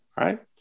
right